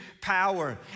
power